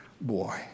boy